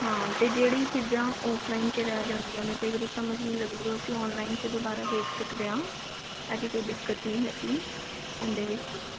ਹਾਂ ਅਤੇ ਜਿਹੜੀ ਚੀਜ਼ਾਂ ਆਫਲਾਈਨ 'ਚ ਰਹਿ ਜਾਂਦੀਆਂ ਨੇ ਕਈ ਵਾਰੀ ਸਮਝ ਨਹੀਂ ਲੱਗਦੀ ਉਹ ਅਸੀਂ ਆਨਲਾਈਨ 'ਚ ਦੁਬਾਰਾ ਵੇਖ ਸਕਦੇ ਹਾਂ ਇਹੀ ਜਿਹੀ ਕੋਈ ਦਿੱਕਤ ਨਹੀਂ ਹੈਗੀ ਉਹਦੇ ਵਿੱਚ